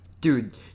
dude